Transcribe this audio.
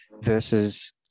versus